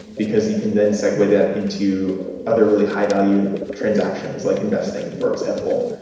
because you can then segue that into other really high-value transactions, like investing, for example,